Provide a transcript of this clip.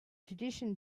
tradition